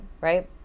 right